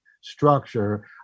structure